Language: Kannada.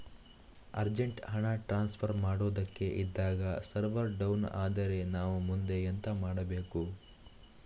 ಅರ್ಜೆಂಟ್ ಹಣ ಟ್ರಾನ್ಸ್ಫರ್ ಮಾಡೋದಕ್ಕೆ ಇದ್ದಾಗ ಸರ್ವರ್ ಡೌನ್ ಆದರೆ ನಾವು ಮುಂದೆ ಎಂತ ಮಾಡಬೇಕು?